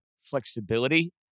flexibility